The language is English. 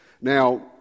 now